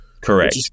Correct